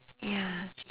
ya